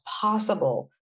possible